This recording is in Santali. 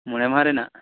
ᱢᱚᱬᱮ ᱢᱟᱦᱟ ᱨᱮᱱᱟᱜ